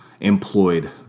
employed